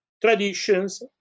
traditions